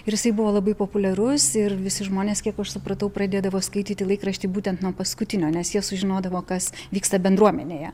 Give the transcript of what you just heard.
ir jisai buvo labai populiarus ir visi žmonės kiek aš supratau pradėdavo skaityti laikraštį būtent nuo paskutinio nes jie sužinodavo kas vyksta bendruomenėje